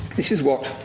this is what,